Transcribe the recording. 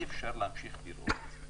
אי אפשר להמשיך לראות את זה.